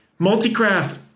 Multicraft